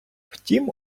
втім